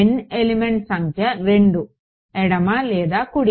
N element సంఖ్య 2 ఎడమ లేదా కుడి